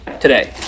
today